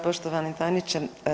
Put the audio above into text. Poštovani tajniče.